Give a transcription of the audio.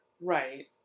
Right